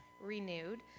renewed